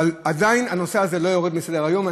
אבל עדיין הנושא הזה לא יורד מסדר-היום.